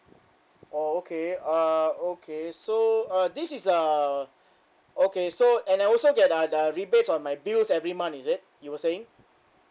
oh okay uh okay so uh this is uh okay so and I also get uh the rebates on my bills every month is it you were saying